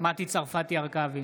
מטי צרפתי הרכבי,